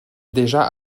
déjà